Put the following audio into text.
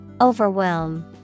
Overwhelm